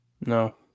No